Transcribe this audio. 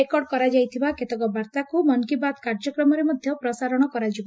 record କରାଯାଇଥିବା କେତେକ ବାର୍ତ୍ତାକୁ ମନ୍ କି ବାତ୍ କାର୍ଯ୍ୟକ୍ରମରେ ମଧ୍ଯ ପ୍ରସାରଣ କରାଯିବ